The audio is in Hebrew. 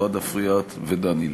אוהד אפריאט ודן אילוז.